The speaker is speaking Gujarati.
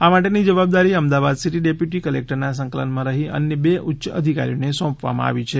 આ માટેની જવાબદારી અમદાવાદ સીટી ડેપ્યુટી કલેકટરના સંકલનમાં રહી અન્ય બે ઉચ્ય અધિકારીઓને સોંપવામાં આવી છે